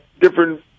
different